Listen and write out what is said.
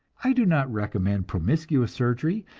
i do not recommend promiscuous surgery,